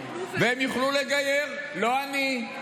הם יוכלו לגייר, לא אני,